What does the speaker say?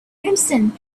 crimson